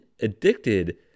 addicted